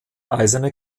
eiserne